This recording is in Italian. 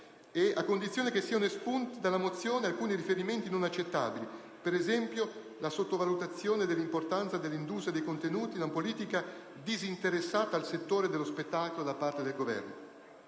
a condizione che siano espunti dalla mozione alcuni riferimenti non accettabili: per esempio, la sottovalutazione dell'importanza dell'industria dei contenuti, o il riferimento ad una politica disinteressata al settore dello spettacolo da parte del Governo.